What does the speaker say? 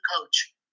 coach